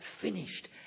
finished